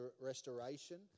restoration